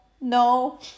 no